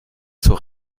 zur